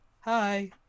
Hi